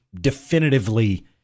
definitively